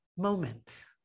moment